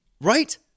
Right